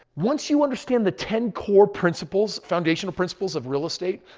once you understand the ten core principles, foundational principles of real estate.